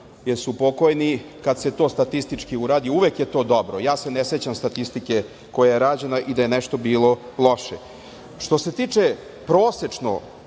jer su pokojni kada se to statistički uradi uvek je to dobro, ja se ne sećam statistike koja je rađena i da je nešto bilo loše što se tiče prosečno